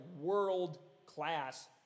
world-class